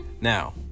Now